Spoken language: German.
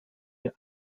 den